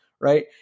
right